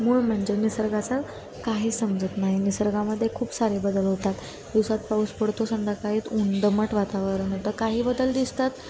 मूळ म्हणजे निसर्गाचं काहीच समजत नाही निसर्गामध्ये खूप सारे बदल होतात दिवसात पाऊस पडतो संध्याकाळीत ऊन दमट वातावरण होतं काही बदल दिसतात